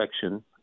section